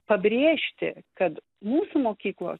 pabrėžti kad mūsų mokyklos